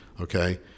Okay